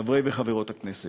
חברי וחברות הכנסת,